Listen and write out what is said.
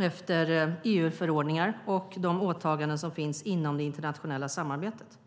efter EU-förordningar och efter de åtaganden som finns inom det internationella samarbetet.